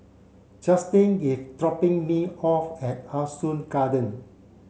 Justen is dropping me off at Ah Soo Garden